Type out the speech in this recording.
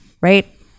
right